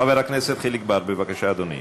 חבר הכנסת חיליק בר, בבקשה, אדוני.